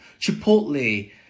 Chipotle